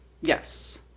Yes